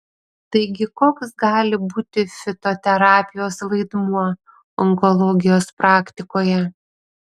taigi koks gali būti fitoterapijos vaidmuo onkologijos praktikoje